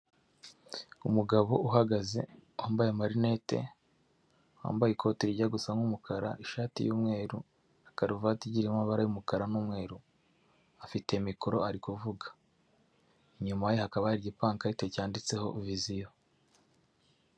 Umugabo uhagaze wambaye amarinete, wambaye ikoti rijya gusa nk'umukara, ishati y'umweru na karuvati igiye irimo amabara y'umukara n'umweru, afite mikoro ari kuvuga, inyuma ye hakaba hari igipankarite cyanditseho visiyo.